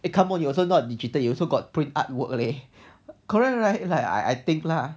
eh come on you also not digital you also got print artwork leh correct right like I I think lah